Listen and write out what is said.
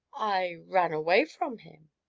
i ran away from him.